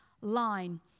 line